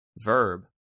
verb